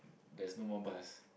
there's no more bus